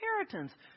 inheritance